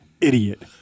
idiot